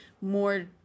more